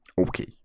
Okay